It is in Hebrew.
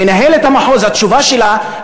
מנהלת המחוז, התשובה שלה,